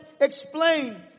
explain